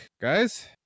guys